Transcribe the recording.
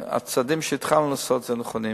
שהצעדים שהתחלנו לעשות נכונים.